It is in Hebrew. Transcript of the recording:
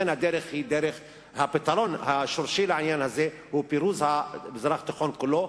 לכן הפתרון השורשי לעניין הזה הוא פירוז המזרח התיכון כולו,